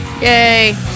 Yay